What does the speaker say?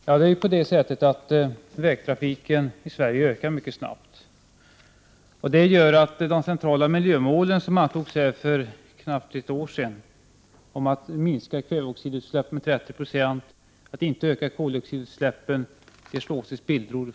Fru talman! Vägtrafiken i Sverige ökar mycket snabbt. Det gör att de centrala miljömålen som antogs här för knappt ett år sedan — att minska kväveoxidutsläppen med 30 26 och att inte öka koldioxidutsläppen — slås fullständigt i spillror.